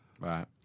right